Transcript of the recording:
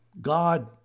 God